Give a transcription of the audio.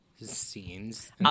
Scenes